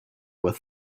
with